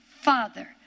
Father